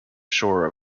shore